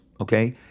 Okay